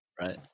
Right